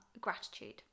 gratitude